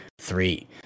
three